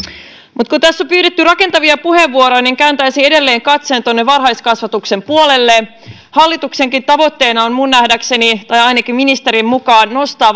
mutta kun tässä on pyydetty rakentavia puheenvuoroja niin kääntäisin edelleen katseen varhaiskasvatuksen puolelle hallituksenkin tavoitteena on minun nähdäkseni tai ainakin ministerin mukaan nostaa